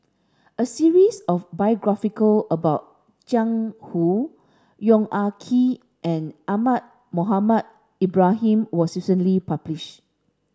a series of biographical about Jiang Hu Yong Ah Kee and Ahmad Mohamed Ibrahim was recently publish